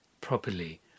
properly